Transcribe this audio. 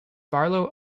barlow